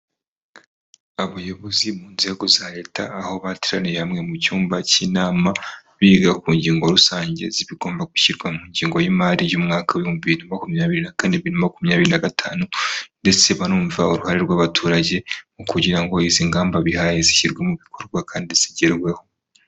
Abayobozi mu nzego za leta, aho bateraniye hamwe mu cyumba cy'inamama, biga ku ngingo rusange z'ibigomba gushyirwa mu ngengo y'imari y'umwaka w'ibihumbibibiri na makumyabiri na kane na makumyabiri na gatanu, ndetse banumva uruhare rw'abaturage mu kugira ngo izi ngamba bihaye zishyirwe mu bikorwa kandi zigerweho.